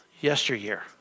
yesteryear